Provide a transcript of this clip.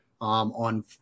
on